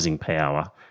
power